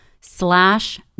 slash